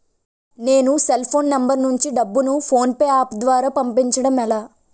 నేను cell phone number నుంచి డబ్బును ను ఫోన్పే అప్ ద్వారా పంపించడం ఎలా?